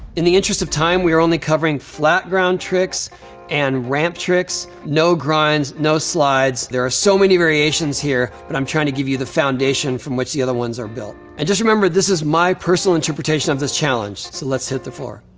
in the interest of time, we are only covering flat-ground tricks and ramp tricks, no grinds, no slides. there are so many variations here that but i'm trying to give you the foundation from which the other ones are built. and just remember this is my personal interpretation of this challenge, so let's hit the floor.